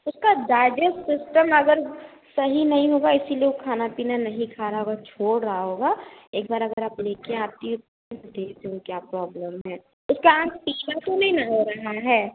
उसका digest system अगर सही नहीं होगा इसी लिए वह खाना पीना नहीं खा रहा होगा छोड़ रहा होगा एक बार अगर आप लेकर आती मैं देखती हूँ क्या प्रॉब्लम है उसकी आँख पीली तो नहीं ना हो रही है